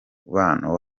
mubano